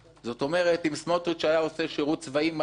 כלומר אם סמוטריץ היה עושה שירות צבאי מלא,